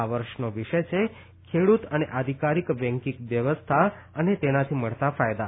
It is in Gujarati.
આ વર્ષનો વિષય છે ખેડુત અને અધિકારીક બેકીંગ વ્યવસ્થા અને તેનાથી મળતા ફાયદા